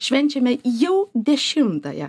švenčiame jau dešimtąją